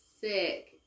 sick